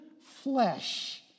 flesh